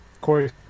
Corey